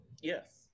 yes